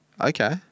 Okay